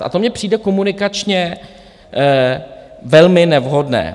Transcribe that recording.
A to mně přijde komunikačně velmi nevhodné.